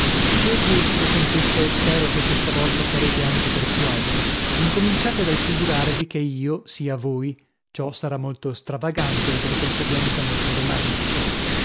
ci ho gusto contessa e spero che questa volta sarete anche persuasa incominciate dal figurarvi che io sia voi ciò sarà molto stravagante e per conseguenza molto romantico